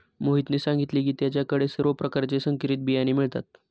मोहितने सांगितले की त्याच्या कडे सर्व प्रकारचे संकरित बियाणे मिळतात